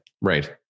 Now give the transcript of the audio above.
Right